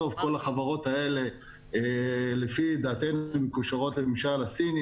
אני חושבת שמה שהוא אמר בסוף הוא דיבר על זה בהקשר של הבנייה